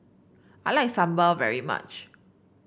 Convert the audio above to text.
I like sambal very much